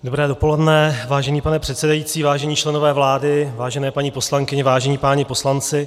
Dobré dopoledne, vážený pane předsedající, vážení členové vlády, vážené paní poslankyně, vážení páni poslanci.